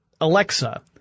Alexa